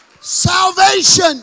Salvation